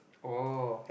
oh